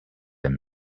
him